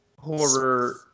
Horror